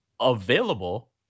available